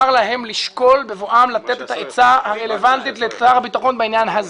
להם לשקול בבואם לתת את העצה הרלוונטית לשר הביטחון בעניין הזה.